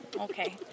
Okay